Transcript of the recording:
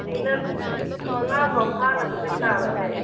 minute ꯃꯉꯥ ꯐꯥꯎ ꯐꯥꯅꯕꯗꯤ ꯁꯥꯔꯁꯦ